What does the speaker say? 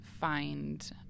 find